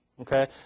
Okay